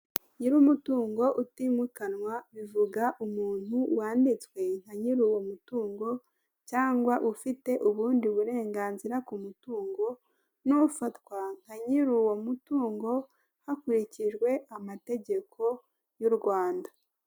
Nyir'umutungo utimikanwa bivuga umuntu wanditswe nka nyir'uwomutungo cyangwa ufite ubundi burenganzira ku mutungo n'ufatwa nka nyir'uwomutungo hakurikijwe amategeko y'u Rwanda.